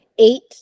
eight